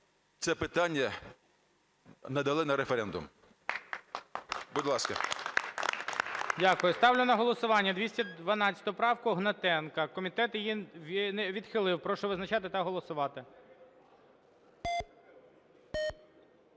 це питання надали на референдум. Будь ласка. ГОЛОВУЮЧИЙ. Дякую. Ставлю на голосування 212 правку Гнатенка. Комітет її відхилив. Прошу визначатись та голосувати.